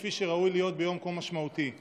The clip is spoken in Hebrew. כפי שראוי להיות ביום כה משמעותי.